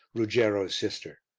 ruggiero's sister.